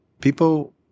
people